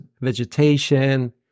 vegetation